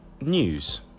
news